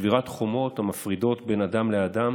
שבירת חומות המפרידות בין אדם לאדם